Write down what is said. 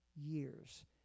years